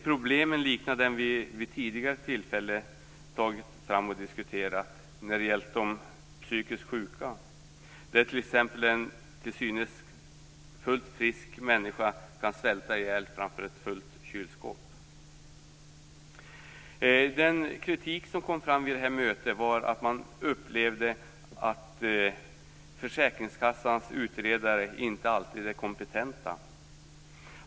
Problemen liknar dem som vi vid tidigare tillfällen tagit fram och diskuterat när det har gällt de psykiskt sjuka, t.ex. att en till synes fullt frisk människa kan svälta ihjäl framför ett fullt kylskåp. Den kritik som kom fram vid det här mötet var att man upplevde att försäkringskassans utredare inte alltid är kompetenta.